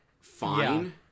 fine